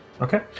Okay